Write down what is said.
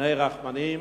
בני רחמנים".